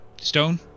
Stone